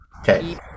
Okay